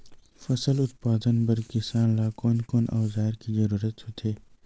फसल उत्पादन बर किसान ला कोन कोन औजार के जरूरत होथे?